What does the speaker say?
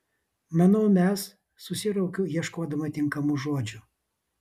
manau mes susiraukiu ieškodama tinkamų žodžių